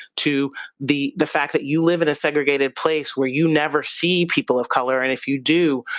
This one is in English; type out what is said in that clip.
to the the fact that you live in a segregated place where you never see people of color. and if you do,